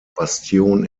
bastion